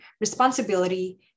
responsibility